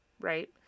right